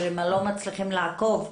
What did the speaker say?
ולא מצליחים לעקוב.